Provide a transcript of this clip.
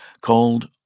called